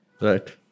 Right